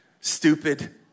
stupid